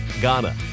Ghana